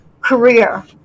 career